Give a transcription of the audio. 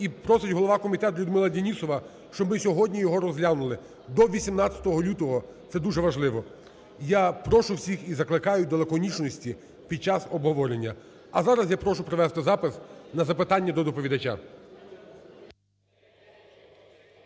І просить голова комітету Людмила Денісова, щоб ми сьогодні його розглянули, до 18 лютого, це дуже важливо. Я прошу всіх і закликаю до лаконічності під час обговорення. А зараз я прошу провести запис на запитання до доповідача.